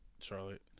Charlotte